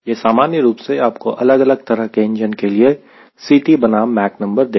यह सामान्य रूप से आपको अलग अलग तरह के इंजन के लिए Ct बनाम माक नंबर देगा